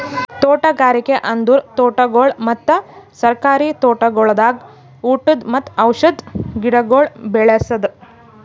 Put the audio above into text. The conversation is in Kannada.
ತೋಟಗಾರಿಕೆ ಅಂದುರ್ ತೋಟಗೊಳ್ ಮತ್ತ ಸರ್ಕಾರಿ ತೋಟಗೊಳ್ದಾಗ್ ಊಟದ್ ಮತ್ತ ಔಷಧ್ ಗಿಡಗೊಳ್ ಬೆ ಳಸದ್